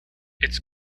its